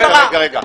מה קרה?